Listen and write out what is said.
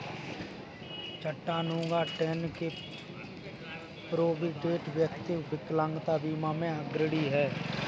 Chattanooga, Tenn के Provident, व्यक्तिगत विकलांगता बीमा में अग्रणी हैं